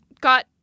got